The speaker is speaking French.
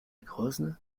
grosne